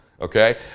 Okay